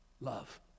love